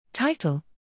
Title